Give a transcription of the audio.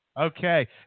Okay